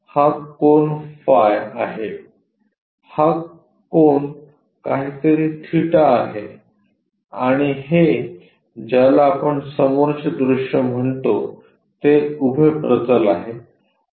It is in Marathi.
हा कोन फाय हा कोन काहीतरी थिटा आहे आणि हे ज्याला आपण समोरचे दृश्य म्हणतो ते उभे प्रतल आहे